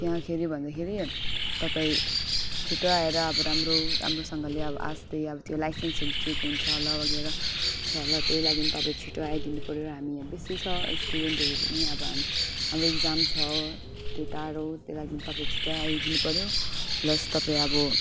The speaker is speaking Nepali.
त्यहाँखेरि भन्दाखेरि तपाईँ छिटो आएर अब राम्रो राम्रोसँगले अब आस्ते अब त्यो लाइसेन्सहरू चेक हुन्छ होला वगेरा छ होला त्यही लागि नि तपाईँ छिटो आइदिनुपऱ्यो हामी यहाँ बेस्सी छ स्टुडेन्टहरू पनि अब हामी हाम्रो इक्जाम छ त्यो टाढो त्यो लागि तपाईँको छिटो आइदिनुपऱ्यो प्लस तपाईँ अब